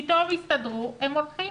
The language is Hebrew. פתאום הסתדרו הם הולכים.